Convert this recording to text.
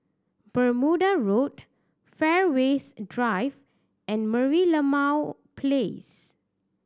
Bermuda Road Fairways Drive and Merlimau Place